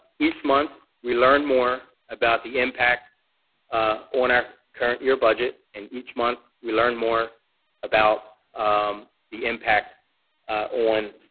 each month, we learn more about the impact ah on our current year budget and each month we learn more about the impact on